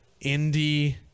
indie